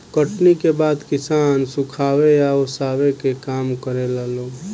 कटनी के बाद किसान सुखावे आ ओसावे के काम करेला लोग